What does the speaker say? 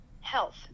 health